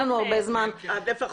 אחד